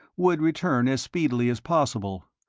would return as speedily as possible,